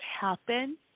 happen